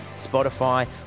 Spotify